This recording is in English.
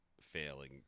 failing